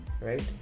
right